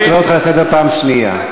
אני קורא אותך לסדר פעם שנייה.